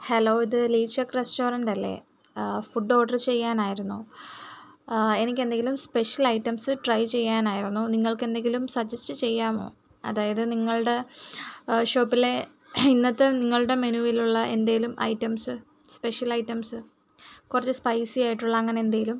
hello ഇത് ലെ check restaurant അല്ലേ ഫുഡ് ഓർഡർ ചെയ്യാനായിരുന്നു എനിക്ക് എന്തെങ്കിലും സ്പെഷ്യൽ ഐറ്റംസ് ട്രൈ ചെയ്യാനായിരുന്നു നിങ്ങൾക്ക് എന്തെങ്കിലും സജസ്റ്റ് ചെയ്യാമോ അതായത് നിങ്ങളുടെ ഷോപ്പിലെ ഇന്നത്തെ നിങ്ങളുടെ മെനുവിലുള്ള എന്തേലും ഐറ്റംസ് സ്പെഷ്യൽ ഐറ്റംസ് കുറച്ച് സ്പൈസിയായിട്ടുള്ള അങ്ങനെ എന്തേലും